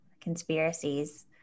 conspiracies